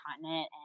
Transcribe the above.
continent